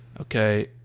Okay